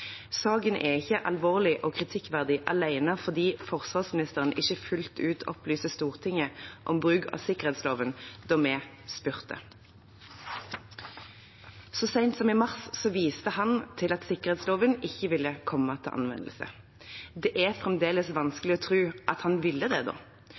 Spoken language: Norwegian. Saken er ikke alvorlig og kritikkverdig alene fordi forsvarsministeren ikke fullt ut opplyste Stortinget om bruk av sikkerhetsloven da vi spurte om det. Så sent som i mars viste han til at sikkerhetsloven ikke ville komme til anvendelse. Det er fremdeles vanskelig å tro at han ville det da.